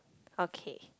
okay